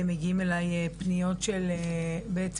מגיעים אליי פניות של בעצם,